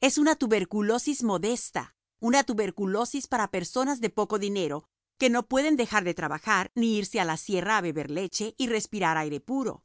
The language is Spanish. es una tuberculosis modesta una tuberculosis para personas de poco dinero que no pueden dejar de trabajar ni irse a la sierra a beber leche y respirar aire puro